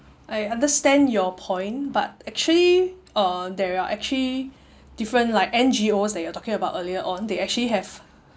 I understand your point but actually uh there're actually different like N_G_Os that you are talking about earlier on they actually have